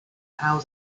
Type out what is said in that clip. how